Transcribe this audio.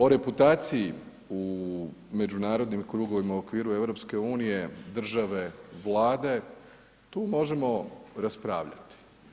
O reputaciji u međunarodnim krugovima u okviru EU, države, Vlade tu možemo raspravljati.